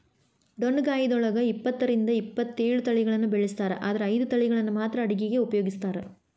ಡೊಣ್ಣಗಾಯಿದೊಳಗ ಇಪ್ಪತ್ತರಿಂದ ಇಪ್ಪತ್ತೇಳು ತಳಿಗಳನ್ನ ಬೆಳಿಸ್ತಾರ ಆದರ ಐದು ತಳಿಗಳನ್ನ ಮಾತ್ರ ಅಡುಗಿಗ ಉಪಯೋಗಿಸ್ತ್ರಾರ